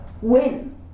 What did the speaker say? win